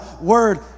word